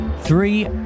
three